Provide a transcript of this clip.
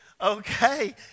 okay